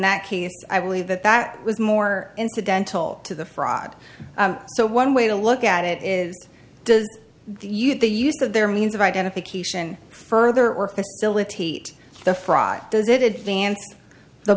that case i believe that that was more incidental to the fraud so one way to look at it is you the use of their means of identification further or facilitate the